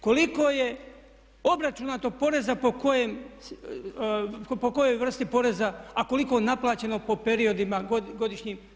Koliko je obračunato poreza po kojoj vrsti poreza a koliko naplaćeno po periodima godišnjim?